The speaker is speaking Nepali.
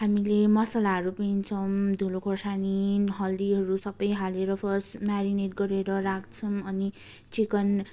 हामीले मसालाहरू पिस्छौँ धुलो खोर्सानी हर्दीहरू सबै हालेर फर्स्ट मेरिनेट गरेर राख्छौँ अनि चिकन